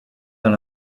dans